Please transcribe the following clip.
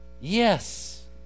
Yes